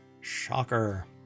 Shocker